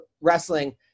wrestling